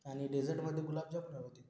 आणि डेजर्टमध्ये गुलाबजाम हवे होते